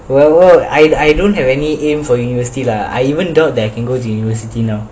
well I I don't have any aim for university lah I even thought that I can go to university now